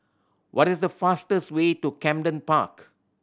what is the fastest way to Camden Park